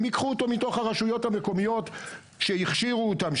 הם ייקחו אותו מתוך הרשויות המקומיות שהכשירו אותם,